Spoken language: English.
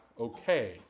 okay